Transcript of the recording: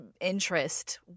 interest